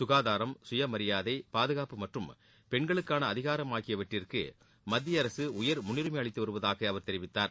சுகாதாரம் சுயமரியாதை பாதுகாப்பு மற்றும் பெண்களுக்கான அதிகாரம் ஆகியவற்றிற்கு மத்திய அரசு உயர் முன்னுரிமை அளித்து வருவதாக அவர் தெரிவித்தார்